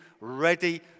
ready